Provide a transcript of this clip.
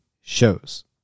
shows